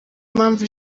mpamvu